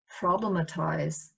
problematize